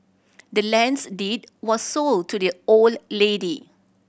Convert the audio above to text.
the land's deed was sold to the old lady